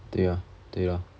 对 lor 对 lor